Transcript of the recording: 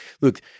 look